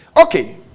Okay